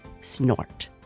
snort